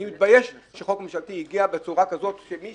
אני מתבייש שחוק ממשלתי הגיע בצורה כזאת שמי